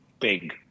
big